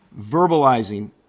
verbalizing